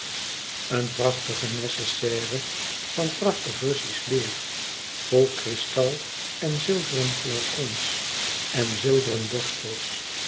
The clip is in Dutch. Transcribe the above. een prachtige nécessaire van geurig russisch leêr vol kristal en zilveren flacons en zilveren borstels